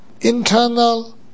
internal